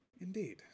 Indeed